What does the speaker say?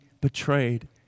betrayed